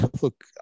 look